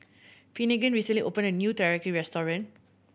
Finnegan recently opened a new Teriyaki Restaurant